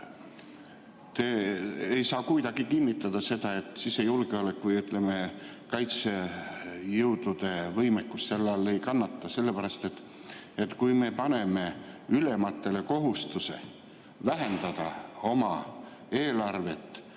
Te ei saa kuidagi kinnitada seda, et sisejulgeoleku ja, ütleme, kaitsejõudude võimekus selle all ei kannata. Sest kui me paneme ülematele kohustuse vähendada oma eelarvet